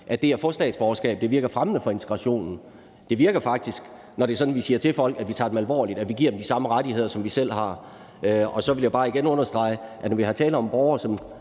at det at få statsborgerskab virker fremmende for integrationen. Det virker faktisk, når vi siger til folk, at vi tager dem alvorligt, og at vi giver dem de samme rettigheder, som vi selv har. Så vil jeg bare igen understrege, at når der er tale om borgere